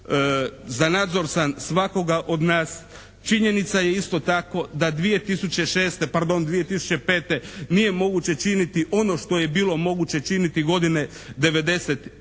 Za nadzor sam svakog od nas. Činjenica je isto tako da 2006., pardon 2005. nije moguće činiti ono što je bilo moguće činiti godine '95.